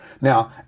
Now